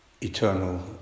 eternal